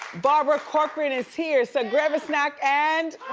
barbara corcoran is here, so grab a snack and